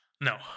No